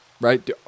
Right